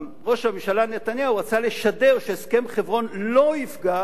ראש הממשלה נתניהו רצה לשדר שהסכם חברון לא יפגע